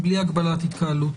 בלי הגבלת התקהלות,